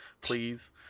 please